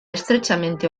estrechamente